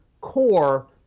core